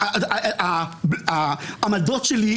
העמדות שלי,